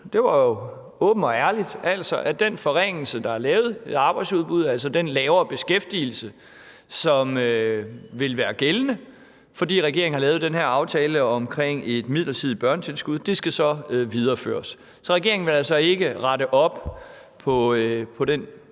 det var jo åbent og ærligt: Den forringelse, der er lavet i arbejdsudbuddet – den lavere beskæftigelse, som vil være gældende, fordi regeringen har lavet den her aftale om et midlertidigt børnetilskud – skal så videreføres. Så regeringen vil altså ikke rette op på den